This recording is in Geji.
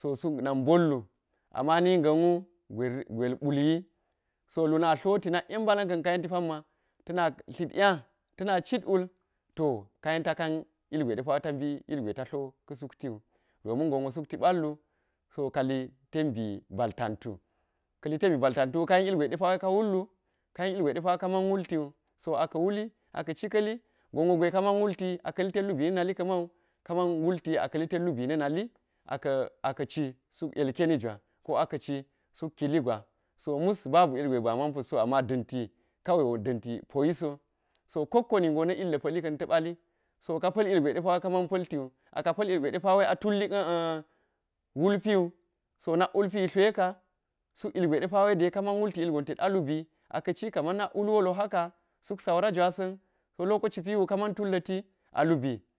sosuk na̱k botlu amma̱ nagga̱nwu gwel pulli. So tuna̱ tloti na̱k yen ba̱la̱n kan pa̱nma̱ ta̱na̱ tlat nya ta̱na̱ citwul to ka̱yen ta̱ka̱n ilgwewai depa̱ ta tlo ka̱ suktiwu domin gonwo sukai pa̱llu so ka̱li tenbi ba̱l ta̱ntu ka̱li ten bi ba̱l tantu kali tenbi ba̱l tantuwu ka̱yen ilgwe depa ka̱m wullu ka̱yen ilgwe depa̱ kama̱n wultiwu so aka̱ wuli aka̱ci ka̱li gonwo ka̱ma̱n wulti aka̱ litet lubi na̱ na̱li ka̱ma̱u ka̱ma̱n wulti aka̱ litet lubi na̱ na̱li aka̱ aka̱ci suk ilkeni gwa aka̱ci suk kili gwa̱. So mus ba̱bu ilgwe bi'a ma̱n pa̱tso, a̱mma̱ ɗanti ka̱wa̱i wo ɗanti pyiso. So kokko ningo na̱ illa̱ pa̱lli ka̱nta̱ pa̱lli so ka̱pa̱l ilgwe ɗepa̱ ka̱ma̱n pa̱ltiwu a̱ka̱ pa̱l ilgwe ɗepa̱ a tullik klulpiwu so na̱k wulpi tloika. Suk ilgwe wa̱i ɗepa̱ wa̱i da̱i kaman welti wul a lubi aka̱ci kama̱n wul wolo ha̱ka̱ suk sa̱ura̱ jwa̱sa̱n so lokoci piwu ka̱ma̱n tullati a lubi.